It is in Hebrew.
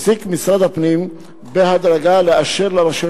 הפסיק משרד הפנים בהדרגה לאשר לרשויות